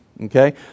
Okay